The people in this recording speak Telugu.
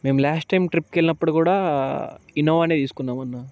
మేము లాస్ట్ టైం ట్రిప్కి వెళ్ళినప్పుడు కూడా ఇన్నోవానే తీసుకున్నాము అన్నా